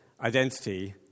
identity